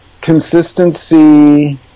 consistency